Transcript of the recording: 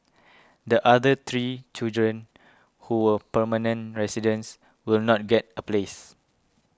the other three children who were permanent residents will not get a place